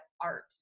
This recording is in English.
art